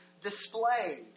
displayed